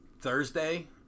Thursday